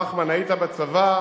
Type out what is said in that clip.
נחמן, היית בצבא,